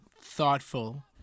thoughtful